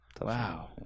Wow